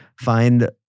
find